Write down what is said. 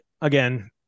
Again